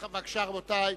בבקשה, רבותי.